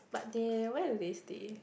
but they where do they stay